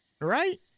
right